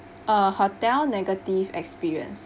uh hotel negative experience